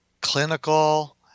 clinical